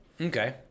Okay